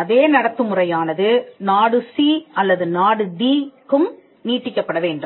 அதே நடத்துமுறையானது நாடுC அல்லது நாடுD க்கும் நீட்டிக்கப்பட வேண்டும்